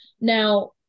now